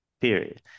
period